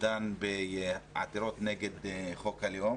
שדן בעתירות נגד חוק הלאום,